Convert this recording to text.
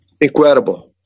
Incredible